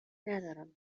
ندارم